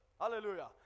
Hallelujah